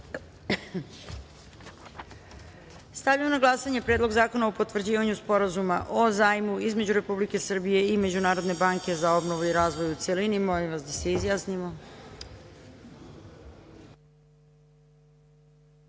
na glasanje Predlog zakona o potvrđivanju Sporazuma o zajmu između Republike Srbije i Međunarodne banke za obnovu i razvoj, u celini. Molim vas da se